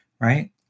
Right